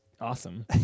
awesome